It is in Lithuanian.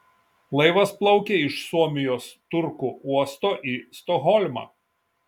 laivas plaukė iš suomijos turku uosto į stokholmą